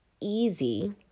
easy